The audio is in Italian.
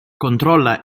controlla